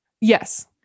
Yes